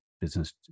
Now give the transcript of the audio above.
business